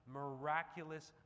miraculous